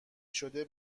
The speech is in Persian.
شده